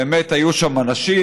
באמת היו שם אנשים,